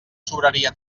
sobraria